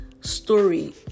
story